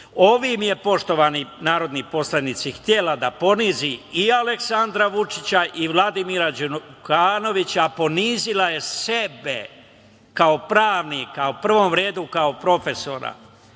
je, poštovani narodni poslanici, htela da ponizi i Aleksandra Vučića i Vladimira Đukanovića, a ponizila je sebe kao pravnika, u prvom redu kao profesora. Gospođo,